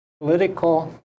political